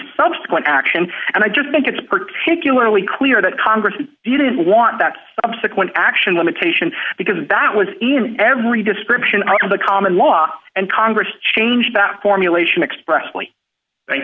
subsequent action and i just think it's particularly clear that congress didn't want that subsequent action limitation because that was in every description of the common law and congress changed that formulation expressly thank